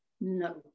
no